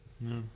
No